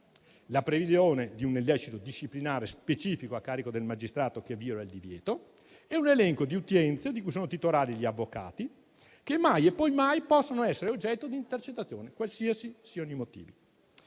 la previsione di un illecito disciplinare specifico a carico del magistrato che viola il divieto e un elenco di udienze di cui sono titolari gli avvocati, che mai e poi mai possono essere oggetto di intercettazione, quali che siano i motivi.